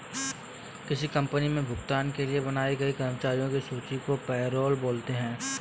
किसी कंपनी मे भुगतान के लिए बनाई गई कर्मचारियों की सूची को पैरोल बोलते हैं